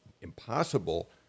impossible